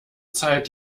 zeit